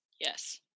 Yes